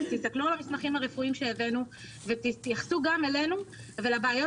תסתכלו על המסמכים הרפואיים שהבאנו ותתייחסו גם אלינו ולבעיות